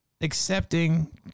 accepting